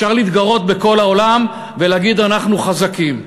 אפשר להתגרות בכל העולם ולהגיד: אנחנו חזקים,